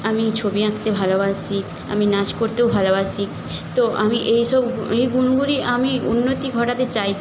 আমি ছবি আঁকতে ভালোবাসি আমি নাচ করতেও ভালোবাসি তো আমি এই সব এই গুণগুলি আমি উন্নতি ঘটাতে চাই